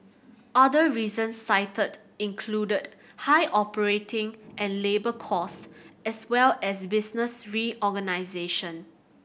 other reasons cited included high operating and labour costs as well as business reorganisation